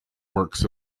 works